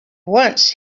once